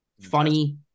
funny